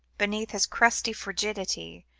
beneath his crust of frigidity,